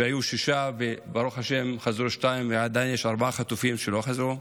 שהיו שישה וברוך השם חזרו שניים ועדיין יש ארבעה חטופים שלא חזרו.